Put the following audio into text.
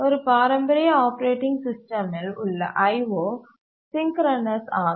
ஒரு பாரம்பரிய ஆப்பரேட்டிங் சிஸ்டமில் உள்ள IO சிங்கரநஸ் ஆகும்